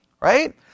right